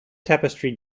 tapestry